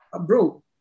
bro